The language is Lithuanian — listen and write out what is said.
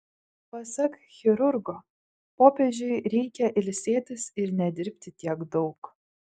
pasak chirurgo popiežiui reikia ilsėtis ir nedirbti tiek daug